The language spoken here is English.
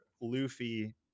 Luffy